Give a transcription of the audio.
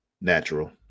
natural